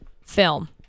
film